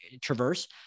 traverse